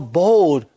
bold